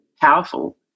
powerful